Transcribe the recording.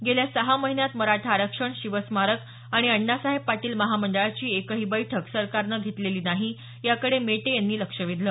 गेल्या सहा महिन्यात मराठा आरक्षण शिव स्मारक आणि अण्णासाहेब पाटील महामंडळाची एकही बैठक सरकारने घेतलेली नाही याकडे मेटे यांनी लक्ष वेधलं